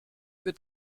wird